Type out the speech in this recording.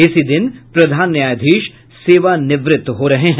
इसी दिन प्रधान न्यायाधीश सेवानिवृत्त हो रहे हैं